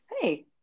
Hey